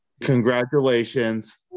Congratulations